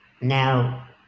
now